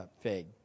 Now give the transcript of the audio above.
fig